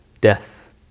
death